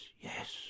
yes